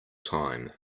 time